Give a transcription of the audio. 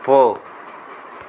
போ